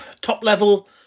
top-level